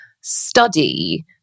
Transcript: study